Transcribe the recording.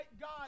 God